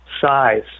size